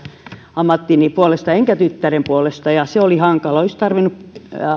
ammattini puolesta enkä tyttärenä ja se oli hankalaa olisi tarvinnut sitten